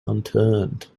unturned